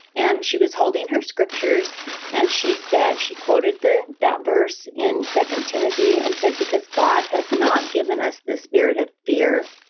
and she was holding her scriptures and she said she quoted the that verse in second timothy and said, because god has not given us the spirit of fear,